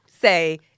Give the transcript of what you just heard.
say